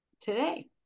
today